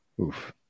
Oof